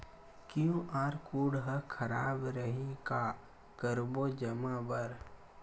QR code हा खराब रही का करबो जमा बर?